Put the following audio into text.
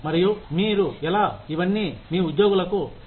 మరియు మీ ఎలా ఇవన్నీ మీ ఉద్యోగులకు తెలియజేస్తారు